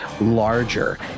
larger